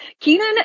Keenan